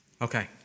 Okay